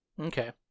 Okay